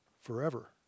forever